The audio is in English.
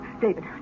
David